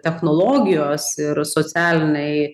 technologijos ir socialiniai